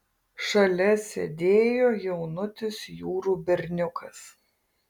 šalia sėdėjo jaunutis jurų berniukas